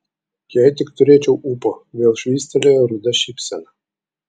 jei tik turėčiau ūpo vėl švystelėjo ruda šypsena